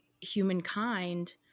humankind